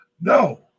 No